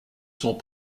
sont